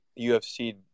UFC